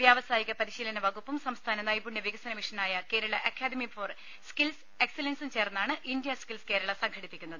വ്യാവസായിക പരിശീലനവകുപ്പും സംസ്ഥാന നെപുണ്യ വികസനമിഷനായ കേരള അക്കാദമി ഫോർ സ്കിൽസ് എക്സലൻസും ചേർന്നാണ് ഇന്ത്യ സ്കിൽസ് കേരള സംഘടിപ്പിക്കുന്നത്